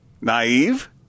Naive